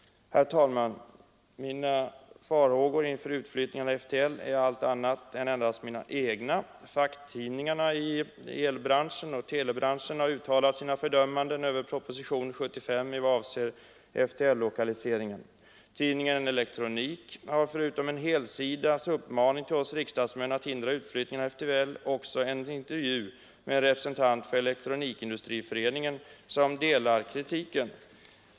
Herr talman! Mina farhågor inför utflyttningen av FTL är allt andra än endast mina egna. Facktidningarna i elbranschen och telebranschen har uttalat sina fördömanden över propositionen 75 i vad avser FTL-lokaliseringen. Tidningen Elektronik har förutom en helsidas uppmaning till riksdagsmän att hindra utflyttningen av FTL också en intervju med en representant för Elektronikindustriföreningen, som instämmer i kritiken.